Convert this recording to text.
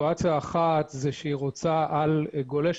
סיטואציה אחת היא שהיא רוצה על גולש